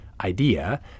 idea